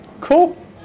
Cool